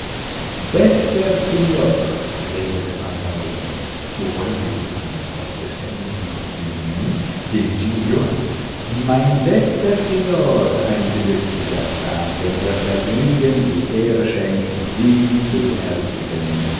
bester signor redete pantalon so wollen wir die maske trotz des veränderten kostüms nennen den giglio an mein bester signor ein glücklicher tag der mir das vergnügen die ehre schenkt sie zu er